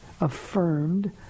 affirmed